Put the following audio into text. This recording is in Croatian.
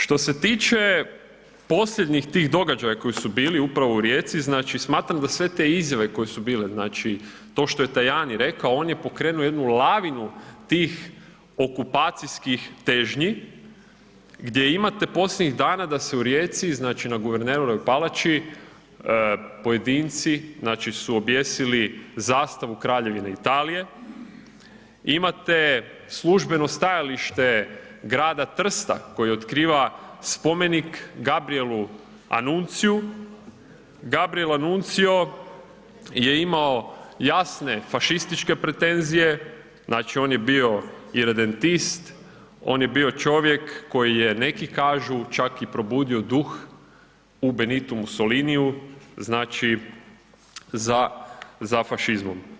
Što se tiče posljednjih tih događaja koji su bili upravo u Rijeci, znači smatram da sve te izjave koje su bile, znači to što je Tajani rekao, on je pokrenuo jednu lavinu tih okupacijskih težnji gdje imate posljednjih dana da se u Rijeci znači na Guvernerovoj palači, pojedinci su objesili zastavu Kraljevine Italije, imate službenoj stajalište grada Trsta koji otkriva spomenika Gabrijelu Anunciju, Gabriel Anuncio je imao jasne fašističke pretenzije, znači on je bio iredentist, on je bio čovjek koji je neki kažu čak i probudio duh u Benitu Mussoliniju, znači za fašizmom.